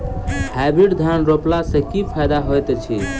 Hybrid धान रोपला सँ की फायदा होइत अछि?